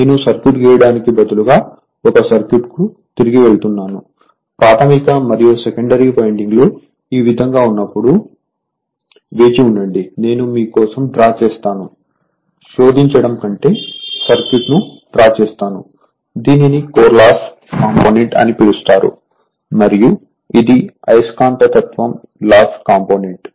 నేను సర్క్యూట్ గీయడానికి బదులుగా 1 సర్క్యూట్కు తిరిగి వెళ్తున్నాను ప్రాధమిక మరియు సెకండరీ వైండింగ్లు ఈ విధంగా ఉన్నప్పుడు వేచి ఉండండి నేను మీ కోసం డ్రా చెస్తాను శోధించడం కంటే సర్క్యూట్ను డ్రా చెస్తాను దీనిని కోర్ లాస్ కాంపోనెంట్ అని పిలుస్తారు మరియు ఇది అయస్కాంతత్వం లాస్ కాంపోనెంట్